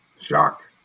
Shocked